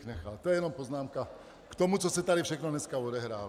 To je jenom poznámka k tomu, co se tady všechno dneska odehrálo.